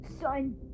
son